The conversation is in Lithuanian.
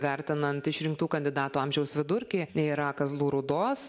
vertinant išrinktų kandidatų amžiaus vidurkį yra kazlų rūdos